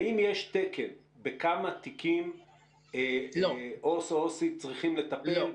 האם יש תקן בכמה תיקים עובדת סוציאלית צריכה לטפל?